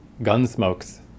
Gunsmoke's